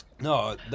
No